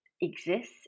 exists